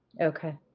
Okay